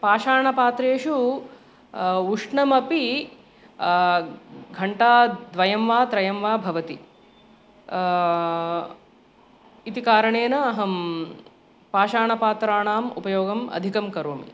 पाषाणपात्रेषु उष्णमपि घण्टाद्वयं वा त्रयं वा भवति इति कारणेन अहं पाषाणपात्राणाम् उपयोगम् अधिकं करोमि